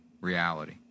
reality